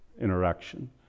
interaction